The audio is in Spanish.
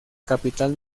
capital